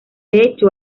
hecho